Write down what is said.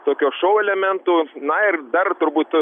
tokio šou elementų na ir dar turbūt